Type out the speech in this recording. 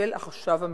של החשב המלווה.